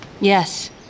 Yes